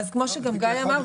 אז כמו שגם גיא אמר,